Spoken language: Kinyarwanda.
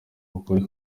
ukuri